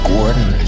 Gordon